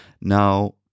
Now